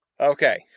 Okay